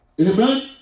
Amen